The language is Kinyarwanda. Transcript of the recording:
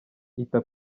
ita